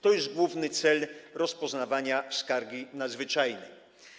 To jest główny cel rozpoznawania skargi nadzwyczajnej.